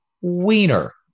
wiener